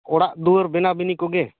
ᱚᱲᱟᱜ ᱫᱩᱣᱟᱹᱨ ᱵᱮᱱᱟ ᱵᱤᱱᱤ ᱠᱚᱜᱮ